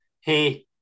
hey